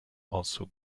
also